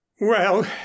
Well